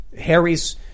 Harry's